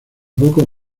pocos